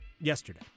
Yesterday